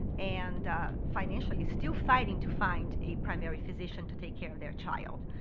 and financially is still fighting to find a primary physician to take care of their child.